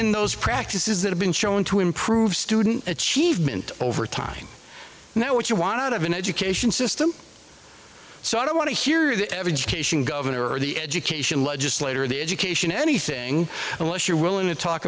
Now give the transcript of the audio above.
in those practices that have been shown to improve student achievement over time now what you want out of an education system so i don't want to hear that every governor or the education legislator the education anything unless you're willing to talk